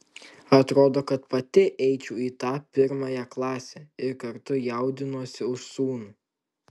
atrodo kad pati eičiau į tą pirmąją klasę ir kartu jaudinuosi už sūnų